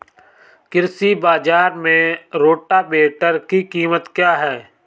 कृषि बाजार में रोटावेटर की कीमत क्या है?